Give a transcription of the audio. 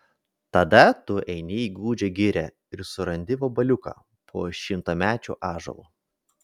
tada tu eini į gūdžią girią ir surandi vabaliuką po šimtamečiu ąžuolu